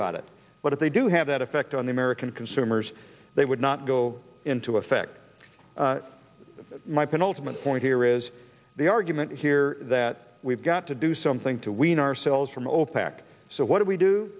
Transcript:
about it but if they do have that effect on the american consumers they would not go into effect my penultimate point here is the argument here that we've got to do something to wean ourselves from opec so what do we do